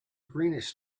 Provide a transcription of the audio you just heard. greenish